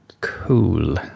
cool